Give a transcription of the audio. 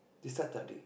they start study